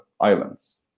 islands